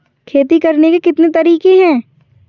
खेती करने के कितने तरीके हैं?